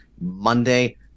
Monday